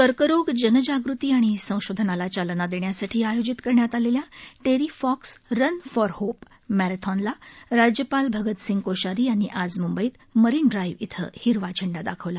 कर्करोग जनजागृती आणि संशोधनाला चालना देण्यासाठी आयोजित करण्यात आलेल्या Terry Fox run for hope मोथॉनला राज्यपाल भगतसिंग कोश्यारी यांनी आज म्बईत मारिन ड्राइव्ह इथं हिरवा झेंडा दाखवला